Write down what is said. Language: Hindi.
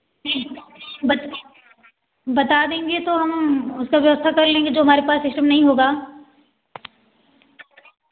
बता देंगे हम उसका व्यवस्था कर लेंगे जो हमारे पास सिस्टम नहीं होगा